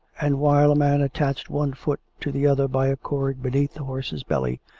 and while a man attached one foot to the other by a cord beneath the horse's belly,